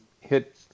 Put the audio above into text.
hit